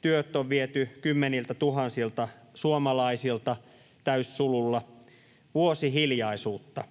Työt on viety kymmeniltätuhansilta suomalaisilta täyssululla — vuosi hiljaisuutta.